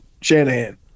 Shanahan